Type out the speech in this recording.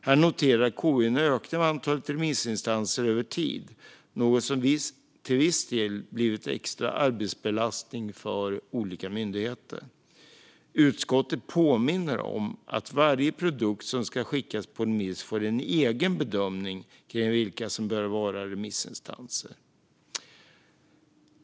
Här noterar KU en ökning av antalet remissinstanser över tid, något som till viss del blivit en extra arbetsbelastning för olika myndigheter. Utskottet påminner om vikten av att varje produkt som ska skickas på remiss får en egen bedömning när det gäller vilka som bör vara remissinstanser.